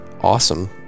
awesome